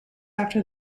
after